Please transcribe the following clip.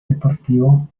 deportivo